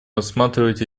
рассматривать